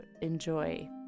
enjoy